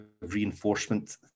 reinforcement